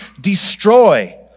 destroy